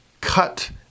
cut